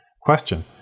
question